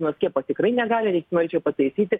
nuo skiepo tikrai negali norėčiau pataisyti